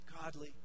godly